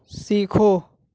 سیکھو